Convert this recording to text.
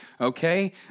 okay